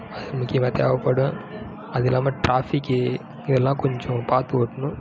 அது முக்கியமாக தேவைப்படும் அது இல்லாமல் ட்ராஃபிக்கி இதெல்லாம் கொஞ்சம் பார்த்து ஓட்டணும்